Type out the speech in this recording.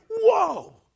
whoa